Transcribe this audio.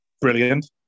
Brilliant